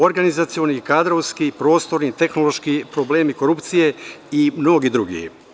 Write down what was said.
Organizacioni, kadrovski, prostorni, tehnološki, problemi korupcije i mnogi drugi.